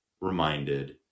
reminded